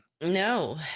No